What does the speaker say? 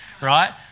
right